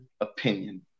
opinion